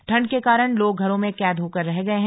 ठंड के कारण लोग घरों में कैद होकर रह गए हैं